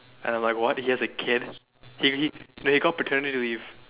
and I'm like what he has a kid he he no he got paternity leave